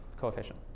coefficient